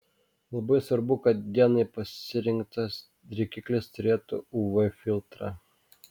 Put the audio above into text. labai svarbu kad dienai pasirinktas drėkiklis turėtų uv filtrą